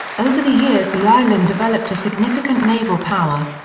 over the years the island developed a significant naval power.